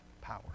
power